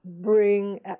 bring